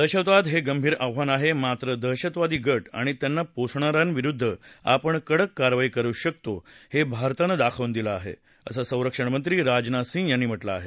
दहशतवाद हे गंभीर आव्हान आहे मात्र दहशतवादी गट आणि त्यांना पोसणाऱ्यांविरुद्ध आपण कडक कारवाई करु शकतो हे भारतानं दाखवून दिलं आहे असं संरक्षणमंत्री राजनाथ सिंह यांनी म्हटलं आहे